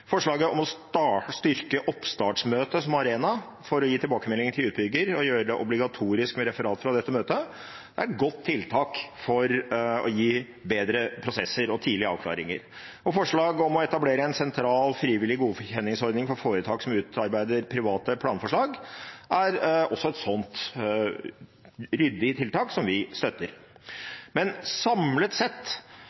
Forslaget om å styrke oppstartsmøtet som arena for å gi tilbakemeldinger til utbygger og gjøre det obligatorisk med referat fra dette møtet, er et godt tiltak for å gi bedre prosesser og tidlige avklaringer. Forslaget om å etablere en sentral, frivillig godkjenningsordning for foretak som utarbeider private planforslag, er også et slikt ryddig tiltak, som vi støtter.